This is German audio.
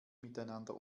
miteinander